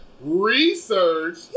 research